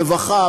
הרווחה,